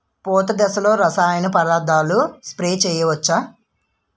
పూత దశలో రసాయన పదార్థాలు స్ప్రే చేయచ్చ?